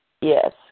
Yes